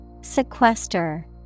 Sequester